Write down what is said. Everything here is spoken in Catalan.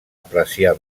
apreciar